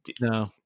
No